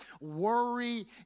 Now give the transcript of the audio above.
Worry